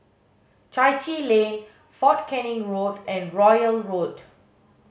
Chai Chee Lane Fort Canning Road and Royal Road